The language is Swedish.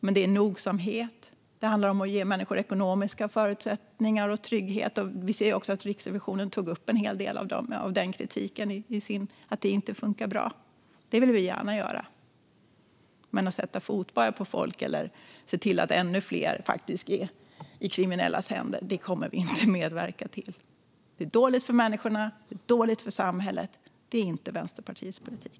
Det handlar om nogsamhet och att ge människor ekonomiska förutsättningar och trygghet - Riksrevisionen gav också en hel del kritik mot att detta inte funkar bra - och det vill vi gärna göra. Men att sätta fotboja på folk eller se till att ännu fler hamnar i kriminellas händer kommer vi inte att medverka till. Det är dåligt för människorna, och det är dåligt för samhället. Det är inte Vänsterpartiets politik.